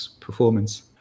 performance